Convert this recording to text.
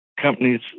companies